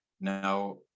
now